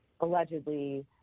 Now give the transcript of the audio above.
allegedly